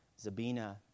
Zabina